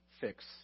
fix